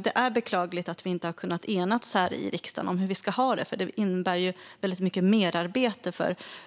Det är beklagligt att vi här i riksdagen inte har kunnat enas om hur vi ska ha det, för det innebär ju mycket merarbete